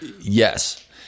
yes